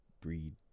breed